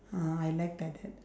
ah I like that that